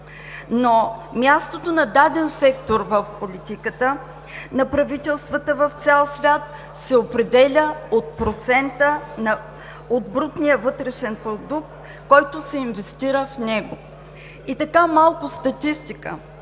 Но мястото на даден сектор в политиката на правителствата в цял свят се определя от процента от брутния вътрешен продукт, който се инвестира в него. И сега малко статистика.